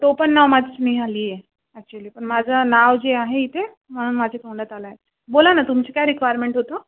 टोपण नाव माझं स्नेहाली आहे ऍक्च्युली पण माझं नाव जे आहे इथे म्हणून माझ्या तोंडात आलं आहे बोला ना तुमची काय रिक्वायरमेन्ट होतं